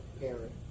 parent